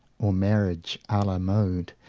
or marriage a la mode,